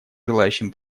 желающим